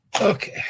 Okay